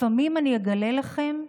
לפעמים, אני אגלה לכם,